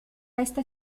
reste